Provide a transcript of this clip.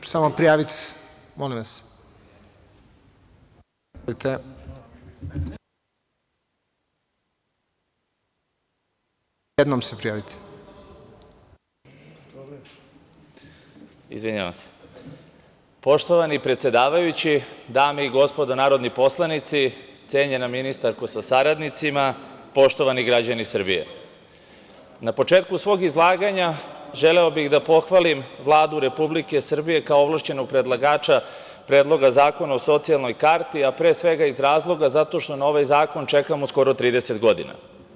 Poštovani predsedavajući, dame i gospodo narodni poslanici, cenjena ministarko sa saradnicima, poštovani građani Srbije, na početku svog izlaganja želeo bih da pohvalim Vladu Republike Srbije kao ovlašćenog predlagača Predloga zakona o socijalnoj karti, a pre svega iz razloga zato što na ovaj zakon čekamo skoro 30 godina.